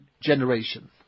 generation